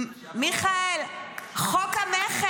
יסמין, הוא שומע מוזיקה.